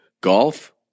Golf